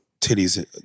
titties